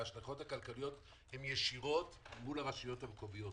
והן השלכות ישירות מול הרשויות המקומיות.